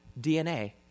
DNA